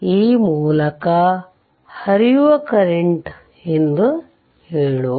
ಈ ಮೂಲಕ ಹರಿಯುವ ಕರೆಂಟ್ i ಎಂದು ಹೇಳುವ